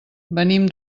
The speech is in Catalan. venim